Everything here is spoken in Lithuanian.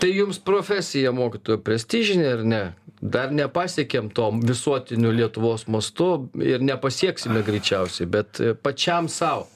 tai jums profesija mokytojo prestižinė ar ne dar nepasiekėm to visuotiniu lietuvos mastu ir nepasieksime greičiausiai bet pačiam sau